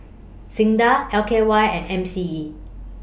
SINDA L K Y and M C E